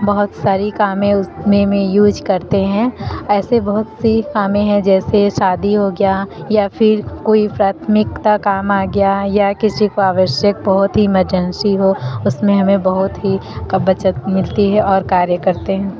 बहुत सारी काम है उतने में यूज करते हैं ऐसे बहुत सी काम हैं जैसे शादी हो गया या फिर कोई प्राथमिकता काम आ गया या किसी को आवश्यक बहुत ही इमरजेंसी हो उस में हमें बहुत ही का बचत मिलती है और कार्य करते हैं